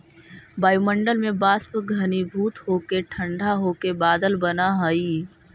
वायुमण्डल में वाष्प घनीभूत होके ठण्ढा होके बादल बनऽ हई